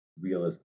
realism